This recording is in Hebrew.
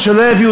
הגיע